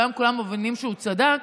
והיום כולם מבינים שהוא צדק.